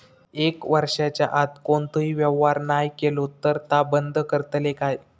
एक वर्षाच्या आत कोणतोही व्यवहार नाय केलो तर ता बंद करतले काय?